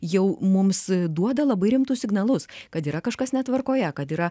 jau mums duoda labai rimtus signalus kad yra kažkas netvarkoje kad yra